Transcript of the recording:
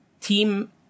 team